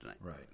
Right